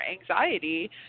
anxiety